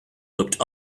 looked